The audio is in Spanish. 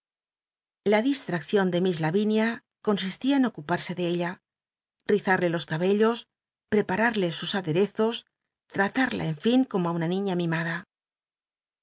la distmccion de miss l n inia consistía en ocuparse de ella rir al'le los cabellos pr epar'ill'le sus aderezos tratarla en fin como ri una niña mimada